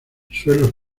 suelos